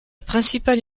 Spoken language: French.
principale